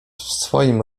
swoim